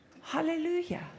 Hallelujah